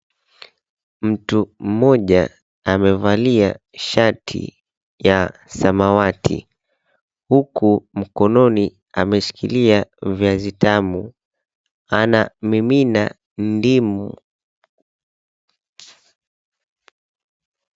Mtu mmoja amevalia shati ya samawati huku mkononi ameshikilia viazi tamu. Anamimina ndimu.